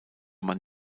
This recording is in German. man